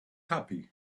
happy